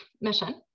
mission